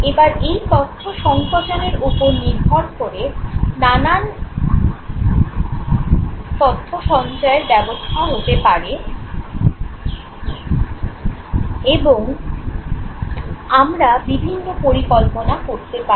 এবার এই তথ্য সঙ্কোচনের ওপর নির্ভর করে নানান তথ্য সঞ্চয়ের ব্যবস্থা হতে পারে এবং আমরা বিভিন্ন পরিকল্পনা করতে পারি